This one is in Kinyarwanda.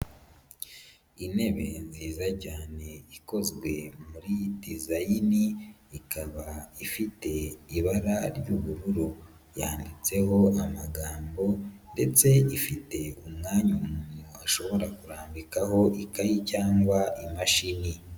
Intebe nziza cyane ikozwe muri dezayini, ikaba ifite ibara ry'ubururu. Yanditseho amagambo ndetse ifite umwanya umuntu ashobora kurambikaho ikayi cyangwa imashini.